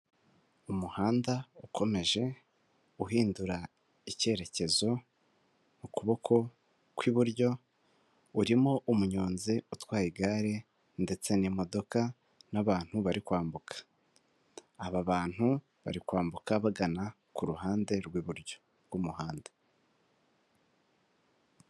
Umuhanda ukomeje uhindura ikerekezo ukuboko kw'iburyo urimo umunyonzi utwaye igare ndetse n'imodoka n'abantu bari kwambuka aba bantu bari kwambuka bagana ku ruhande rw'iburyo bw'umuhanda.